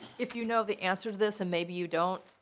if you know the answer to this and maybe you don't.